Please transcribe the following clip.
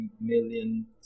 million